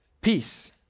peace